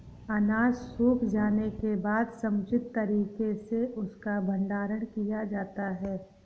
अनाज सूख जाने के बाद समुचित तरीके से उसका भंडारण किया जाता है